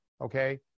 Okay